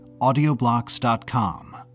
Audioblocks.com